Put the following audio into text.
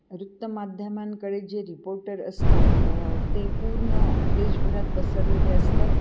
वृत्तमाध्यमांकडे जे रिपोर्टर असतात ते पूर्ण देशभरात पसरलेले असतात